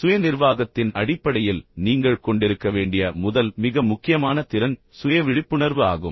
சுய நிர்வாகத்தின் அடிப்படையில் நீங்கள் கொண்டிருக்க வேண்டிய முதல் மிக முக்கியமான திறன் சுய விழிப்புணர்வு ஆகும்